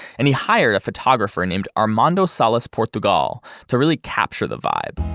and he hired a photographer named armando salas portugal to really capture the vibe.